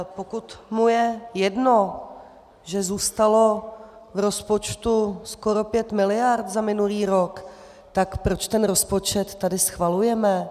Pokud mu je jedno, že zůstalo v rozpočtu skoro 5 miliard za minulý rok, tak proč ten rozpočet tady schvalujeme?